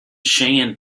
cheyenne